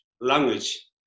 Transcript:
language